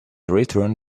return